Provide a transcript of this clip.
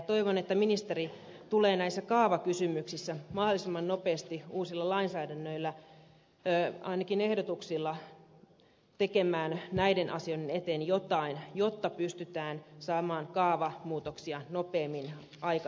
toivon että ministeri tulee näissä kaavakysymyksissä mahdollisimman nopeasti uusilla lainsäädännöillä ainakin ehdotuksilla tekemään näiden asioiden eteen jotain jotta pystytään saamaan kaavamuutoksia nopeammin aikaiseksi